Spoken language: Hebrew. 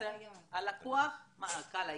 קהל היעד.